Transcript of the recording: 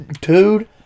Dude